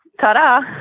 ta-da